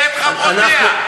ואת חברותיה,